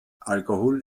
alkohol